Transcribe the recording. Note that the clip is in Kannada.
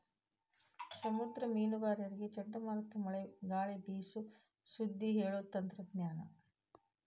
ಸಮುದ್ರದ ಮೇನುಗಾರರಿಗೆ ಚಂಡಮಾರುತ ಮಳೆ ಗಾಳಿ ಬೇಸು ಸುದ್ದಿ ಹೇಳು ತಂತ್ರಜ್ಞಾನ